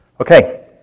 Okay